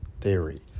theory